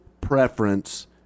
preference